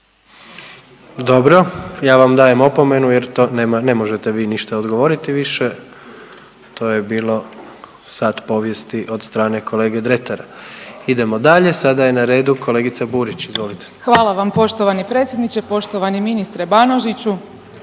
Dobro, ja vam dajem opomenu jer to nema, ne možete vi ništa odgovoriti više, to je bilo sat povijesti od strane kolege Dretara. Idemo dalje, sada je na redu kolegica Burić. **Burić, Majda (HDZ)** Hvala vam poštovani predsjedniče. Poštovani ministre Banožiću,